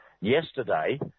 yesterday